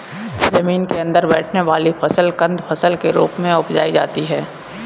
जमीन के अंदर बैठने वाली फसल कंद फसल के रूप में उपजायी जाती है